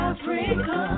Africa